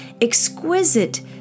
exquisite